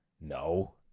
no